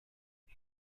but